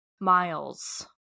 miles